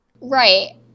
Right